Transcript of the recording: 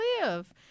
live